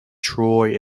troy